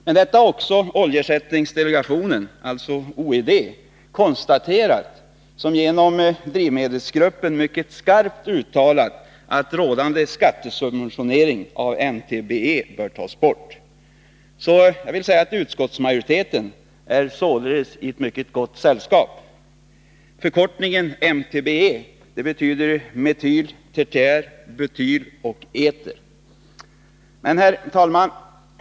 Men detta har också konstaterats av oljeersättningsdelegationen, OED, som genom drivmedelsgruppen mycket skarp uttalat att rådande skattesubventionering av MTBE bör tas bort. Utskottsmajoriteten är således i mycket gott sällskap. Förkortningen MTBE betyder metyl-tertiär-butyl-eter. Herr talman!